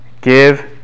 give